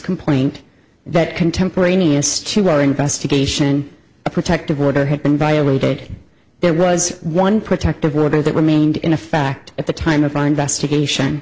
complaint that contemporaneous to our investigation a protective order had been violated there was one protective order that remained in a fact at the time of our investigation